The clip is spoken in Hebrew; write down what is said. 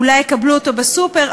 אולי יקבלו אותו בסופר,